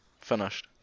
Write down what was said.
finished